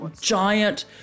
giant